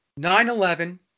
9-11